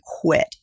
quit